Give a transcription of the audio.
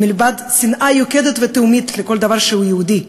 מלבד שנאה יוקדת ותהומית לכל דבר שהוא יהודי?